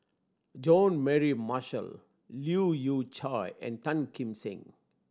Jean Mary Marshall Leu Yew Chye and Tan Kim Seng